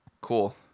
cool